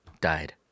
died